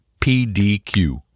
PDQ